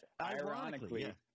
ironically—